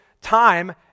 time